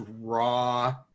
raw